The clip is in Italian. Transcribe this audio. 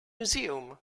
museum